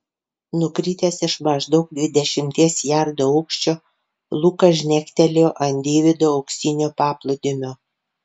nukritęs iš maždaug dvidešimties jardų aukščio lukas žnektelėjo ant deivido auksinio paplūdimio